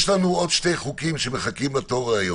עוד שני חוקים שמחכים בתור היום,